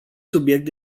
subiect